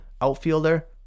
outfielder